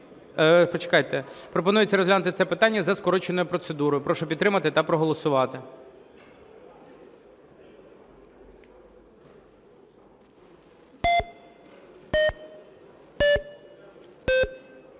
Почекайте! Пропонується розглянути це питання за скороченою процедурою. Прошу підтримати та проголосувати.